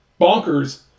bonkers